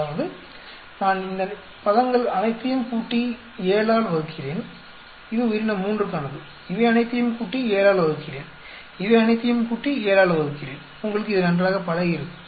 அதாவது நான் இந்த பதங்கள் அனைத்தையும் கூட்டி 7 ஆல் வகுக்கிறேன் இது உயிரினம் 3க்கானது இவை அனைத்தையும் நான் கூட்டி 7 ஆல் வகுக்கிறேன் இவை அனைத்தையும் கூட்டி 7 ஆல் வகுக்கிறேன்உங்களுக்கு இது நன்றாக பழகியிருக்கும்